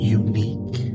unique